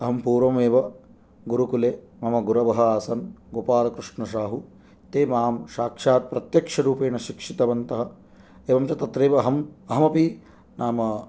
अहं पूर्वमेव गुरुकुले मम गुरवः आसन् गोपालकृष्णशाहु ते मां साक्षात् प्रत्यक्षरूपेण शिक्षितवन्तः एवं च तत्रैव अहम् अहम् अपि नाम